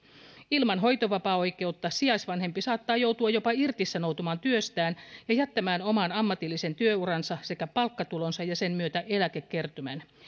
ilman hoitovapaaoikeutta sijaisvanhempi saattaa joutua jopa irtisanoutumaan työstään ja jättämään oman ammatillisen työuransa sekä palkkatulonsa ja sen myötä eläkekertymän